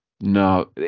No